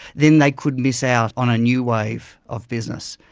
then they could miss out on a new wave of business.